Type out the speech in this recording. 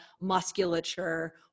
musculature